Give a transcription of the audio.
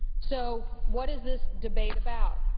so what is this debate about?